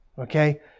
okay